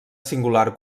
singular